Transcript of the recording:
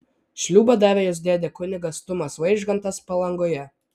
šliūbą davė jos dėdė kunigas tumas vaižgantas palangoje